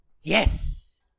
Yes